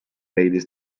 leidis